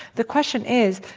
the question is,